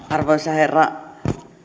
arvoisa herra